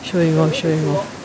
showing off showing off